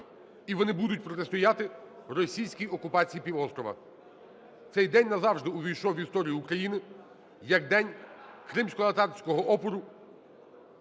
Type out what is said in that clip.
і вони будуть протистояти російській окупації півострова. Цей день назавжди увійшов в історію України як День кримськотатарського опору